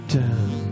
down